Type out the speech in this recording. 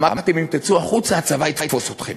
אמרתם: אם תצאו החוצה הצבא יתפוס אתכם,